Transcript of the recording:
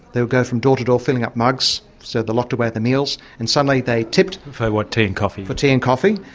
they would go from door to door filling up mugs, so they locked away the meals, and suddenly they tipped. for what, tea and coffee? for tea and coffee.